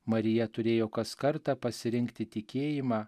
marija turėjo kas kartą pasirinkti tikėjimą